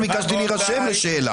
ביקשתי להירשם לשאלה.